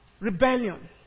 rebellion